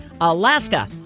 alaska